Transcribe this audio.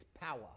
power